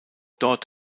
dort